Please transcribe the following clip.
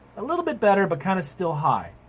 a little bit better but kind of still high.